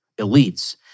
elites